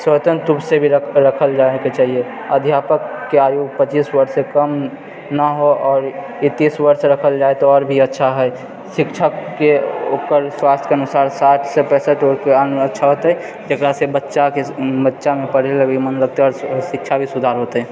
स्वतंत्र रूपसे भी रख रखल जाइके चाहिये अध्यापकके आयु पचीस वर्ष से कम नहि हो आओर एकैस वर्ष रखल जाइ तऽ आओर भी अच्छा हइ शिक्षकके उपर स्वास्थके अनुसार साठि से पैसठिके अच्छा होतै जेकरा से बच्चाके बच्चामे पढ़ै लऽ भी मोन लगतै आओर शिक्षामे भी सुधार होतै